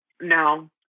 No